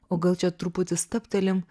o gal čia truputį stabtelim